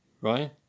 right